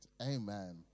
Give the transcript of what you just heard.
Amen